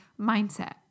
mindset